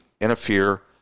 interfere